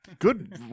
good